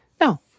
No